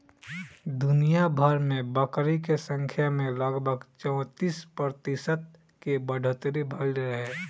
दुनियाभर में बकरी के संख्या में लगभग चौंतीस प्रतिशत के बढ़ोतरी भईल रहे